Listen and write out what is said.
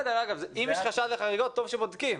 אגב, אם יש חשד לחריגות, טוב שבודקים.